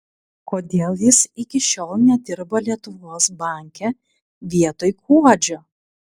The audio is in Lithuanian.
kodėl jis iki šiol nedirba lietuvos banke vietoj kuodžio